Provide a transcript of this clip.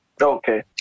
okay